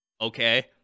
Okay